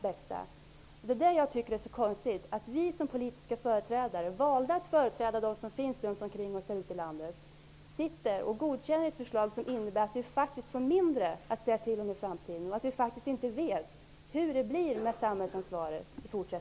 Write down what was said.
Jag tycker att det är mycket konstigt att vi som politiska företrädare, valda att företräda människorna runt om i landet, här godkänner ett förslag som innebär att vi i framtiden faktiskt får mindre att säga till om och att vi inte vet hur det i fortsättningen blir med samhällsansvaret.